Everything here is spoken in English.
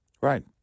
Right